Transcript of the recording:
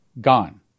gone